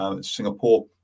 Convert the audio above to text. Singapore